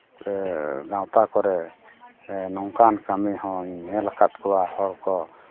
ᱜᱟᱶᱛᱟ ᱠᱚᱨᱮ ᱱᱚᱝᱠᱟᱱ ᱠᱟᱹᱢᱤᱦᱚᱧ ᱧᱮᱞᱟᱠᱟᱫ ᱠᱚᱣᱟ ᱦᱚᱲ ᱠᱚ